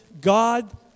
God